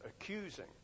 Accusing